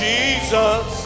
Jesus